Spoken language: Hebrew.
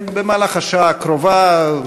במהלך השעה הקרובה.